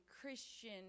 christian